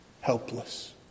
helpless